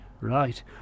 Right